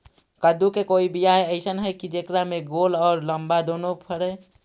कददु के कोइ बियाह अइसन है कि जेकरा में गोल औ लमबा दोनो फरे?